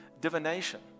divination